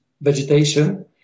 vegetation